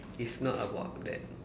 it's not about that